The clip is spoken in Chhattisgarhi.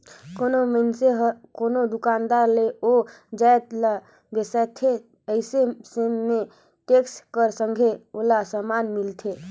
कोनो मइनसे हर कोनो दुकानदार ले ओ जाएत ल बेसाथे अइसे समे में टेक्स कर संघे ओला समान मिलथे